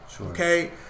Okay